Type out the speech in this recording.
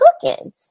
cooking